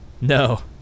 No